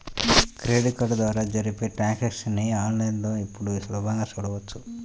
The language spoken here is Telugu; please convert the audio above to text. క్రెడిట్ కార్డు ద్వారా జరిపే ట్రాన్సాక్షన్స్ ని ఆన్ లైన్ లో ఇప్పుడు సులభంగా చూడొచ్చు